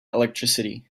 electricity